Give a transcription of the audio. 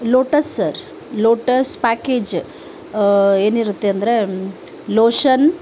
lotus sir Lotus package ಏನಿರುತ್ತೆ ಅಂದರೆ lotion